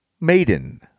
Maiden